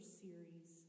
series